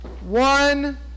one